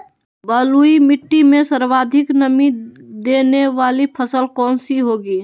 बलुई मिट्टी में सर्वाधिक मनी देने वाली फसल कौन सी होंगी?